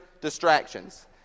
distractions